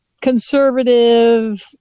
conservative